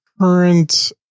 current